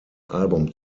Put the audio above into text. album